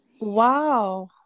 wow